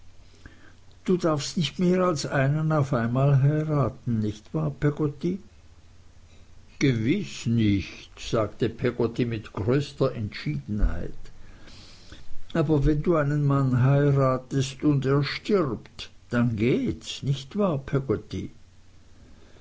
du darfst nicht mehr als einen auf einmal heiraten nicht wahr peggotty gewiß nicht sagte peggotty mit größter entschiedenheit aber wenn du einen mann heiratest und er stirbt dann geht's nicht wahr